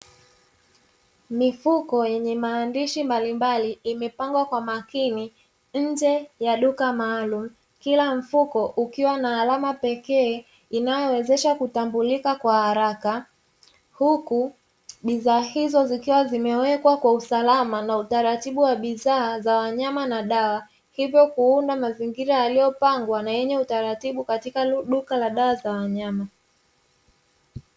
Mifuko yenye maandishi mbalimbali imepangwa kwa makini nje ya duka maalumu, kila mfuko ukiwa na alama pekee inayowezesha kutambulika kwa haraka, huku bidhaa hizo zikiwa zimewekwa kwa usalama na utaratibu wa bidhaa za wanyama na dawa, hivyo kuunda mazingira yaliyopangwa na yenye utaratibu katika duka la dawa za wanyama.